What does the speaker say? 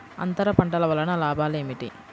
అంతర పంటల వలన లాభాలు ఏమిటి?